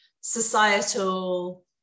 societal